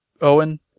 Owen